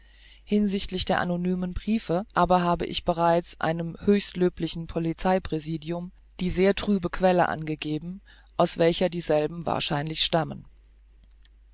hinsichts der anonymen briefe aber habe ich bereits einem hochlöblichen polizei präsidium die sehr trübe quelle angegeben aus welcher dieselben wahrscheinlich stammen